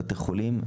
בתי חולים.